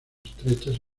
estrechas